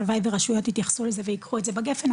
הלוואי ורשויות יתייחסו לזה וייקחו את זה בגפן,